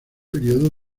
período